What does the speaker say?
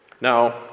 Now